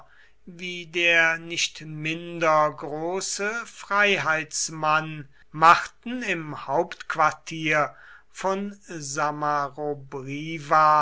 wie der nicht minder große freiheitsmann machten im hauptquartier von